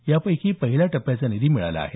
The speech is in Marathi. यापैकी पहिल्या टप्प्याचा निधी मिळाला आहे